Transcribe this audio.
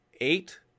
eight